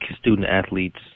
student-athletes